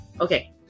Okay